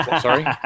sorry